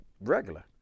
regular